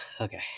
okay